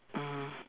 mm